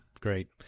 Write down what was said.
great